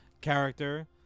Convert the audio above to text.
character